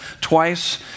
twice